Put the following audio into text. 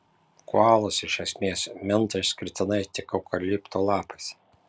koalos iš esmės minta išskirtinai tik eukaliptų lapais